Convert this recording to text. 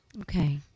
Okay